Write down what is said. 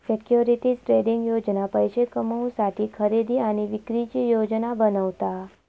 securities trading योजना पैशे कमवुसाठी खरेदी आणि विक्रीची योजना बनवता